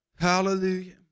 Hallelujah